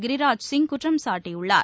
கிரிராஜ் சிங் குற்றம் சாட்டியுள்ளார்